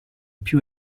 più